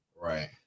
right